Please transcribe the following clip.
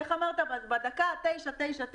בדקה ה-99,99,